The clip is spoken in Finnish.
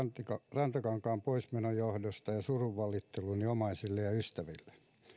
rantakankaan poismenon johdosta ja surunvalitteluni omaisille ja ystäville